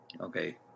Okay